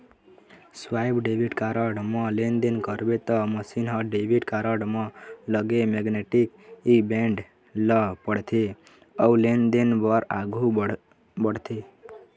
swipe debit card म लेनदेन करबे त मसीन ह डेबिट कारड म लगे मेगनेटिक बेंड ल पड़थे अउ लेनदेन बर आघू बढ़थे